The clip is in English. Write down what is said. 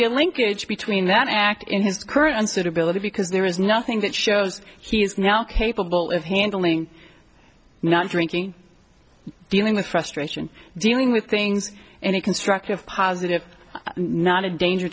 be a linkage between that act in his current unsuitability because there is nothing that shows he is now capable of handling not drinking dealing with frustration dealing with things any constructive positive not a danger